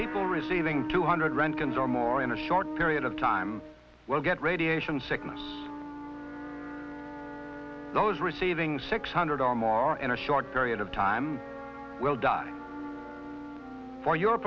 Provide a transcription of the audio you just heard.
people receiving two hundred rent control more in a short period of time well get radiation sickness those receiving six hundred or more in a short period of time will die for your